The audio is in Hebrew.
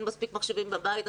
אין מספיק מחשבים בבית,